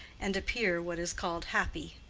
and appear what is called happy.